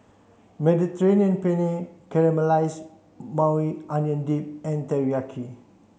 Mediterranean Penne Caramelized Maui Onion Dip and Teriyaki